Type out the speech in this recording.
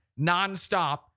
nonstop